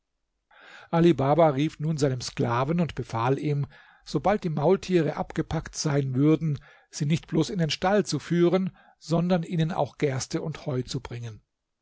baba rief nun seinem sklaven und befahl ihm sobald die maultiere abgepackt sein würden sie nicht bloß in den stall zu führen sondern ihnen auch gerste und heu zu bringen